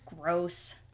gross